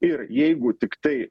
ir jeigu tiktai